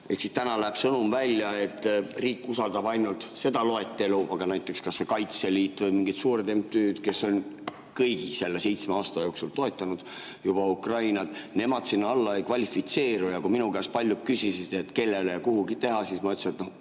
Ehk siis täna läheb sõnum välja, et riik usaldab ainult seda loetelu, aga näiteks kas või Kaitseliit või mingid suured MTÜ-d, kes on kõigi selle seitsme aasta jooksul toetanud juba Ukrainat, nemad sinna alla ei kvalifitseeru. Kui minu käest on palju küsitud, kellele ja kuhu [annetusi] teha, siis ma olen öelnud,